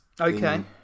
Okay